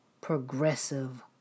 progressive